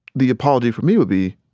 the apology from me would be,